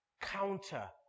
counter